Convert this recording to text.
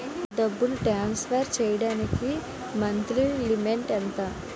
డబ్బును ట్రాన్సఫర్ చేయడానికి monthly limit ఎంత?